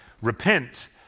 repent